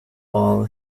all